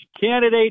candidate